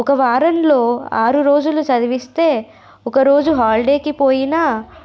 ఒక వారంలో ఆరు రోజులు చదివిస్తే ఒకరోజు హాలిడేకి పోయినా